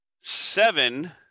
seven